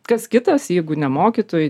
kas kitas jeigu ne mokytojai